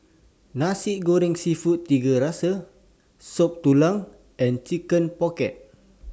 Nasi Goreng Seafood Tiga Rasa Soup Tulang and Chicken Pocket